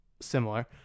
similar